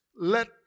Let